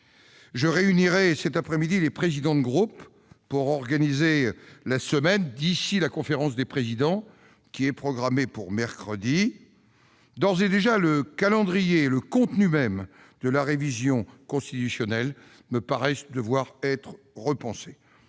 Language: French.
Je réunirai cet après-midi les présidents de groupe pour organiser la semaine, d'ici à la conférence des présidents, programmée mercredi. D'ores et déjà, le calendrier et le contenu même de la révision constitutionnelle me paraissent devoir être repensés.